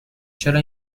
چرا